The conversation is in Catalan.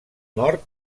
nord